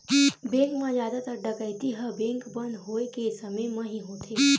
bank म जादातर डकैती ह बेंक बंद होए के समे म ही होथे